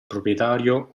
proprietario